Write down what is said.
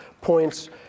points